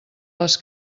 les